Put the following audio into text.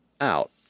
out